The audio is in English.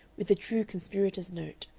with the true conspirator's note,